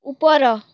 ଉପର